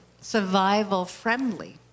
survival-friendly